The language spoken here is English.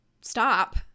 stop